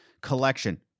collection